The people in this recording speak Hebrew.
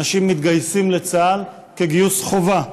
אנשים מתגייסים לצה"ל כגיוס חובה.